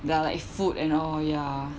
there are like food and all ya